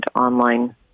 online